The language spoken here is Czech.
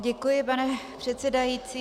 Děkuji, pane předsedající.